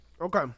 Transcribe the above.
Okay